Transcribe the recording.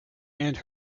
and